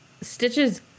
Stitches